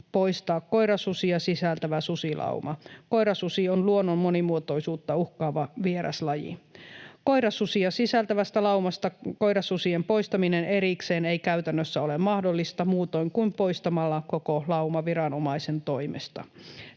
poistaa koirasusia sisältävä susilauma. Koirasusi on luonnon monimuotoisuutta uhkaava vieraslaji. Koirasusia sisältävästä laumasta koirasusien poistaminen erikseen ei käytännössä ole mahdollista muutoin kuin poistamalla koko lauma viranomaisen toimesta.